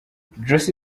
joss